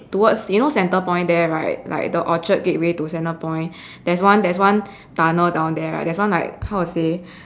towards you now centrepoint there right like the orchard gateway to centrepoint there's one there's one tunnel down there right there's one like how to say